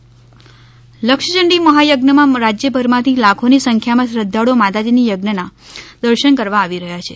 લક્ષચંડી લક્ષયંડી મહાયજ્ઞમાં રાજ્યભરમાંથી લાખોની સંખ્યામાં શ્રધ્ધાળ્ માતાજીના યજ્ઞના દર્શન કરવા આવી રહ્યા છે